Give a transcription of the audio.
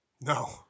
No